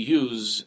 use